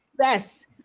Yes